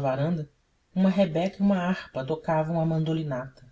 varanda uma rabeca e uma harpa tocavam a mandolinata